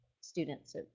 students